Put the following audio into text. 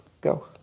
Go